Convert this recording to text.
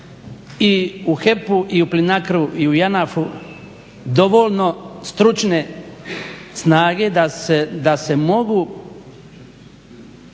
i u HEP-u i u PLINACRO-u i u JANAF-u dovoljno stručne snage da se mogu